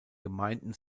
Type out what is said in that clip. gemeinden